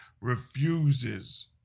refuses